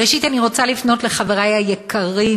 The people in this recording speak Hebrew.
ראשית אני רוצה לפנות לחברי היקרים,